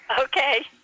Okay